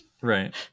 Right